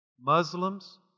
Muslims